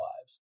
lives